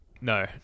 no